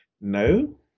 no